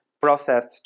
processed